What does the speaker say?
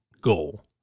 goal